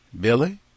Billy